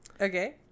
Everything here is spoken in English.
okay